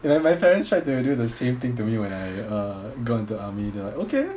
like my parents tried to do the same thing to me when I uh got into army they were like okay